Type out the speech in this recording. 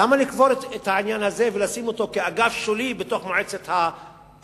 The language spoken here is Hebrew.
למה לקבור את העניין הזה ולשים אותו כאגף שולי בתוך מועצת הצמחים?